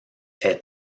est